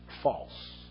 false